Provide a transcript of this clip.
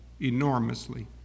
enormously